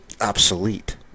obsolete